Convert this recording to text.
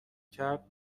کرد